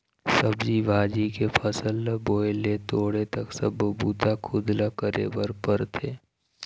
सब्जी भाजी के फसल ल बोए ले तोड़े तक सब्बो बूता खुद ल करे बर परथे